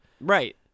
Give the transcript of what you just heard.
Right